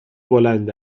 بلند